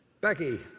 Becky